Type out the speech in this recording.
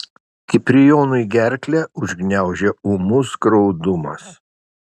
kiprijonui gerklę užgniaužia ūmus graudumas